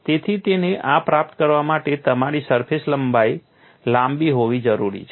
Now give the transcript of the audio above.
તેથી તેને આ પ્રાપ્ત કરવા માટે તમારી સરફેસ લંબાઈ લાંબી હોવી જરૂરી છે